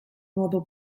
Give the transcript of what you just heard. mòdul